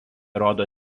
rodo